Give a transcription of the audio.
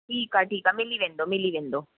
ठीकु आहे ठीकु आहे मिली वेंदो मिली वेंदो